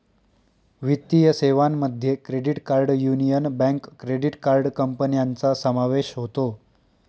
वित्तीय सेवांमध्ये credit card Union Bank credit card कंपन्यांचा समावेश होतो